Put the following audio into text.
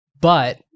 But-